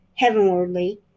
heavenwardly